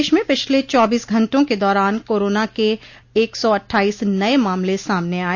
प्रदेश में पिछले चौबीस घंटों के दौरान कोरोना के एक सौ अट्ठाइस नये मामले सामने आये